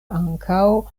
ankaŭ